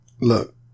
look